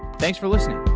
thanks for listening.